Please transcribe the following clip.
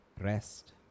rest